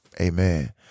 Amen